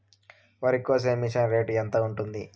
వరికోసే machine rate ఎంత ఉంటుంది?